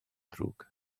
ddrwg